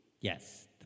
Yes